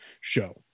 show